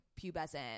pubescent